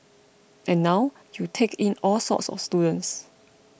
and now you take in all sorts of students